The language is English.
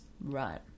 Right